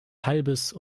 halbes